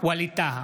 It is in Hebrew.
ווליד טאהא,